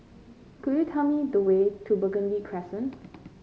could you tell me the way to Burgundy Crescent